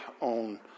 own